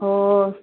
ਹੋਰ